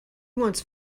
once